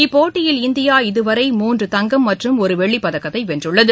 இப்போட்டியில் இந்தியா இதுவரை மூன்று தங்கம் மற்றும் ஒருவெள்ளிப்பதக்கத்தைவென்றுள்ளது